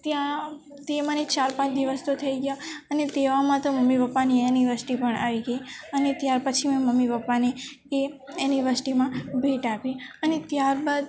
ત્યાં તે મને ચાર પાંચ દિવસ તો થઈ ગયા અને તેવામાં તો મમ્મી પપ્પાની એનિવર્સરી પણ આવી ગઈ અને ત્યાર પછી હું મમ્મી પપ્પાને એ એનીવર્સરીમાં ભેટ આપી અને ત્યારબાદ